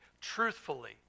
truthfully